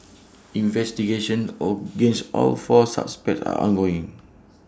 investigations against all four suspects are ongoing